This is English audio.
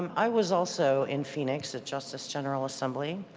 um i was also in phoenix at justice general assembly.